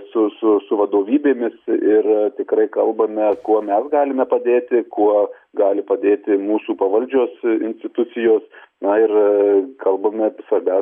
su su su vadovybėmis ir tikrai kalbame kuo mes galime padėti kuo gali padėti mūsų pavaldžios institucijos na ir kalbame visada